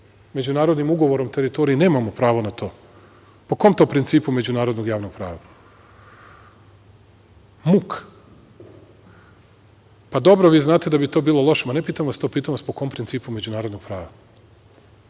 međunarodnim ugovorom teritoriji nemamo pravo na to, po kom to principu međunarodnog javnog prava? Muk. Dobro, vi znate da bi to bilo loše. Ne pitam vas to, pitam vas po kom principu međunarodnog prava.